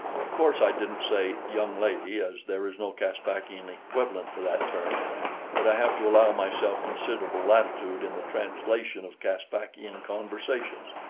of course, i didn't say young lady as there is no caspakian equivalent for that term but i have to allow myself considerable latitude in the translation of caspakian conversations.